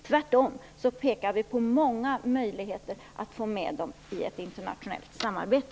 Tvärtom pekar vi på många möjligheter att få med dem i ett internationellt samarbete.